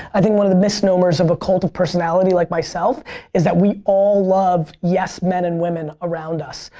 i think one of the misnomers of a cult of personality like myself is that we all love yes men and women around us.